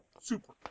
Super